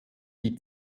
die